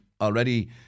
already